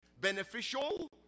beneficial